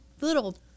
little